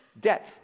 debt